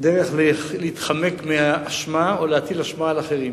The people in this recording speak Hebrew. דרך להתחמק מאשמה או להטיל אשמה על אחרים.